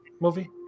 movie